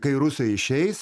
kai rusai išeis